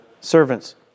servants